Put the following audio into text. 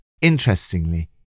Interestingly